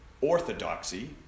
orthodoxy